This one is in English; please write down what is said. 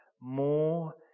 more